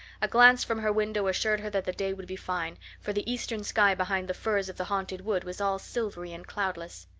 a glance from her window assured her that the day would be fine, for the eastern sky behind the firs of the haunted wood was all silvery and cloudless.